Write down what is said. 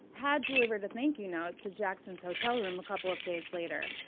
had delivered the thank you note to jackson's hotel room a couple of days later.